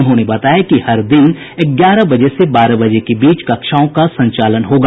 उन्होंने बताया कि हर दिन ग्यारह से बारह बजे के बीच कक्षाओं का संचालन होगा